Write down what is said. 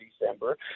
December